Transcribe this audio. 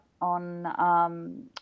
on